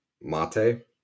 mate